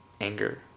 anger